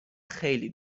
خیلی